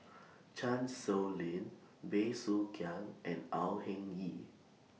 Chan Sow Lin Bey Soo Khiang and Au Hing Yee